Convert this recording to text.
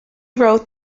wrote